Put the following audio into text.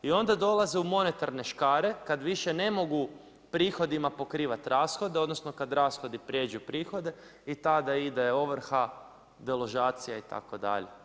I onda dolaze u monetarne škare kad više ne mogu prihodima pokrivati rashode, odnosno kad rashodi prijeđu prihode i tada ide ovrha, deložacija itd.